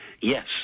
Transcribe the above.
Yes